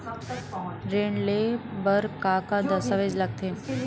ऋण ले बर का का दस्तावेज लगथे?